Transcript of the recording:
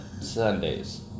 Sundays